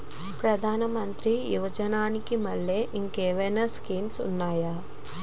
ప్రధాన మంత్రి యోజన కి మల్లె ఇంకేమైనా స్కీమ్స్ ఉన్నాయా?